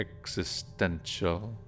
existential